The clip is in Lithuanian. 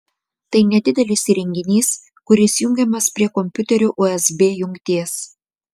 tai nedidelis įrenginys kuris jungiamas prie kompiuterio usb jungties